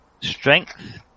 strength